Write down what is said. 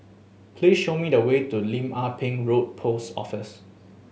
please show me the way to Lim Ah Pin Road Post Office